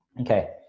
okay